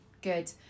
good